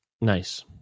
Nice